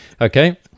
Okay